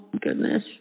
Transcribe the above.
goodness